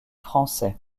français